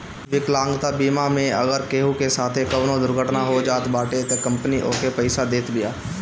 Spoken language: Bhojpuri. विकलांगता बीमा मे अगर केहू के साथे कवनो दुर्घटना हो जात बाटे तअ कंपनी ओके पईसा देत बिया